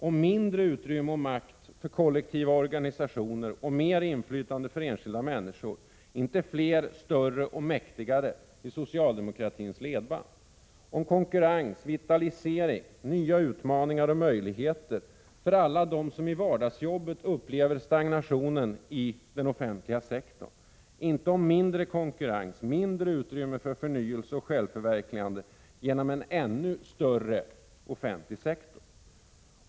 Om mindre utrymme och makt för kollektiva organisationer och mer inflytande för enskilda människor — inte fler, större och mäktigare i socialdemokratins ledband. Om konkurrens, vitalisering, nya utmaningar och m som i vardagsjobbet upplever stagnationen i den offentliga sektorn — inte om mindre konkurrens, mindre utrymme för förnyelse och självförverkligande genom en ännu större offentlig sektor.